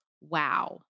Wow